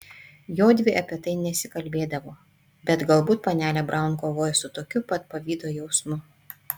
jodvi apie tai nesikalbėdavo bet galbūt panelė braun kovojo su tokiu pat pavydo jausmu